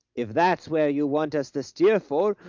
if that's where you want us to steer for,